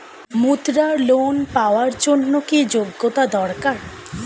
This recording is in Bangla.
মুদ্রা লোন পাওয়ার জন্য কি যোগ্যতা দরকার?